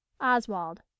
Oswald